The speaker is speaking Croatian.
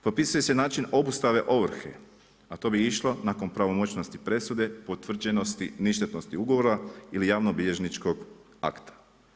Propisuje se način obustave ovrhe, a to bi išlo nakon pravomoćnosti presude potvrđenosti ništetnosti ugovora ili javno-bilježničkog akta.